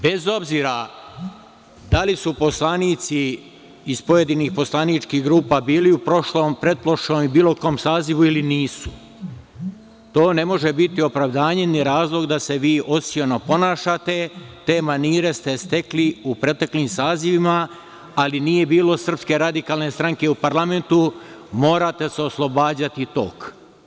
Bez obzira da li su poslanici iz pojedinih poslaničkih grupa bili u prošlom, pretprošlom ili bilo kom sazivu ili nisu, to ne može biti opravdanje ni razlog da se vi osiono ponašate, te manire ste stekli u proteklim sazivima, ali nije bilo SRS u parlamentu, morate se oslobađati tog.